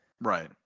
right